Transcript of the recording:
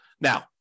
Now